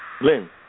Lynn